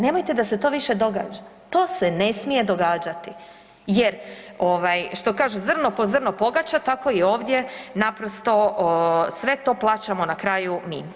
Nemojte da se to više događa, to se ne smije događati jer ovaj što kažu zrno po zrno pogača, tako i ovdje naprosto sve to plaćamo na kraju mi.